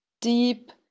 deep